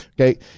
Okay